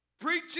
Preaching